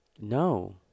no